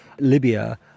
Libya